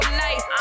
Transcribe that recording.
life